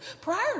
prior